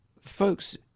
folks